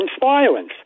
violence